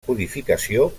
codificació